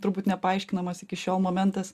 turbūt nepaaiškinamas iki šiol momentas